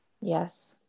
Yes